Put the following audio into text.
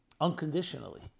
Unconditionally